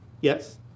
Yes